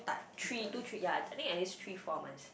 three two three ya I think at least three four months